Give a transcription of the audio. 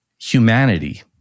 humanity